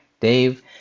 Dave